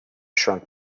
shrunk